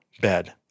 bed